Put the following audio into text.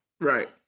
Right